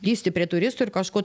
lįsti prie turistų ir kažko